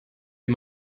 den